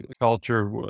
culture